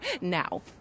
now